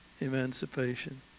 emancipation